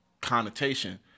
connotation